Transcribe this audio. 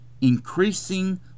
increasing